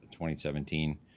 2017